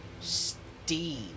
Steve